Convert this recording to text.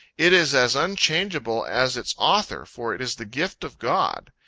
it is as unchangeable as its author, for it is the gift of god.